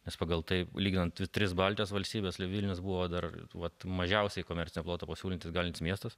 nes pagal tai lyginant tris baltijos valstybes vilnius buvo dar vat mažiausiai komercinio ploto pasiūlyti galintis miestas